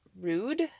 rude